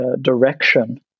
direction